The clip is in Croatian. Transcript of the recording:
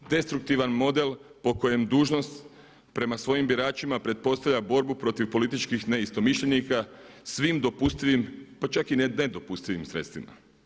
Destruktivan model po kojem dužnost prema svojim biračima pretpostavlja borbu protiv političkih neistomišljenika svim dopustivim, pa čak i nedopustivim sredstvima.